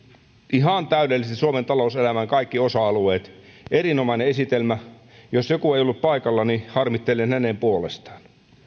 ihan täydellisesti suomen talouselämän kaikki osa alueet erinomainen esitelmä ja jos joku ei ollut paikalla harmittelen hänen puolestaan